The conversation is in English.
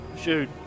shoot